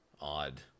odd